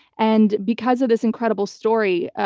and because of this incredible story,